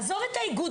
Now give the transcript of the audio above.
עזוב את האיגוד,